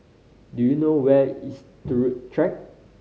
do you know where is Turut Track